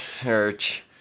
church